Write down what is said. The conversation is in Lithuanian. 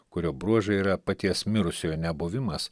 kurio bruožai yra paties mirusiojo nebuvimas